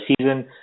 season